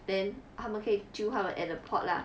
then 他们可以救他们 at the port lah